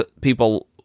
people